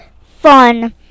fun